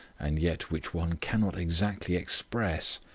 and yet which one cannot exactly express.